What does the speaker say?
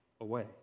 away